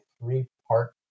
three-part